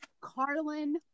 Carlin